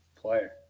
player